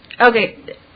Okay